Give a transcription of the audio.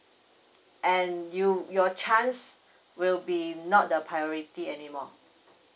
and you your chance will be not the priority anymore